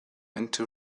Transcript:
into